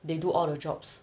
they do all the jobs